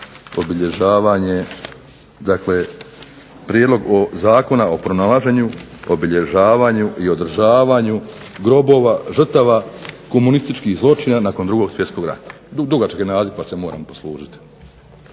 obilježavanje, dakle prijedlog zakona o pronalaženju, obilježavanju i održavanju grobova žrtava komunističkih zločina nakon Drugog svjetskog rata. Dugačak je naziv pa se moram poslužiti.